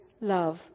love